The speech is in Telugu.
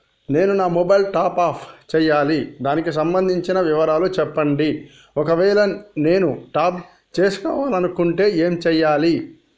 నేను నా మొబైలు టాప్ అప్ చేయాలి దానికి సంబంధించిన వివరాలు చెప్పండి ఒకవేళ నేను టాప్ చేసుకోవాలనుకుంటే ఏం చేయాలి?